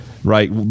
right